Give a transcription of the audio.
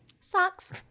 Socks